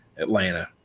Atlanta